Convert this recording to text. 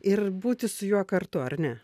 ir būti su juo kartu ar ne